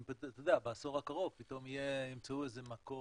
אם בעשור הקרוב פתאום ימצאו איזה מקור